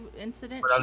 incident